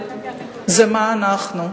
זה מה אנחנו.